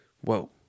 whoa